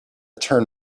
turn